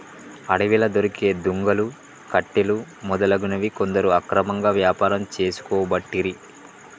అడవిలా దొరికే దుంగలు, కట్టెలు మొదలగునవి కొందరు అక్రమంగా వ్యాపారం చేసుకోబట్టిరి